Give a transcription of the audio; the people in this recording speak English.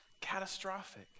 catastrophic